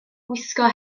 gwisgo